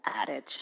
adage